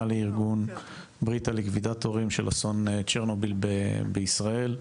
לארגון ברית הליקווידטורים של אסון צ'רנוביל בישראל,